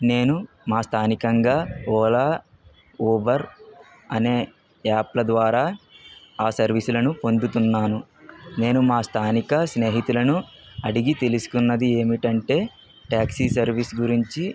నేను మా స్థానికంగా ఓలా ఉబర్ అనే యాప్ల ద్వారా ఆ సర్వీసులను పొందుతున్నాను నేను మా స్థానిక స్నేహితులను అడిగి తెలుసుకున్నది ఏమిటంటే ట్యాక్సి సర్వీస్ గురించి